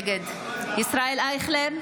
נגד ישראל אייכלר,